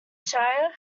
shire